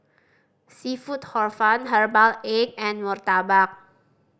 seafood Hor Fun herbal egg and murtabak